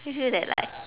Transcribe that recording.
they feel that like